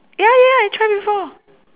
ya ya ya I try before